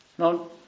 Now